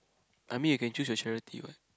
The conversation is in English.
I mean you can choose your charity what